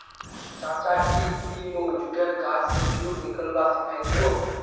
चाचा की ती मोक जुटेर गाछ स जुट निकलव्वा सिखइ दी बो